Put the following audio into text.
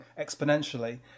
exponentially